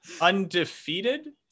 undefeated